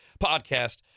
podcast